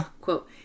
Quote